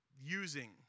using